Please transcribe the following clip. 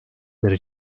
beri